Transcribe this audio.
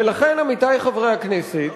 ולכן, עמיתי חברי הכנסת,